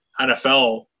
NFL